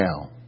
now